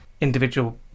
individual